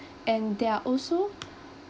and there are also